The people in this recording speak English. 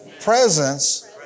presence